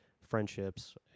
friendships